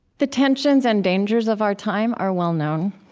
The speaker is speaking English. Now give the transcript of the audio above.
the tensions and dangers of our time are well-known.